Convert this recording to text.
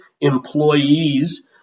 employees